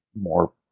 more